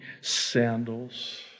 sandals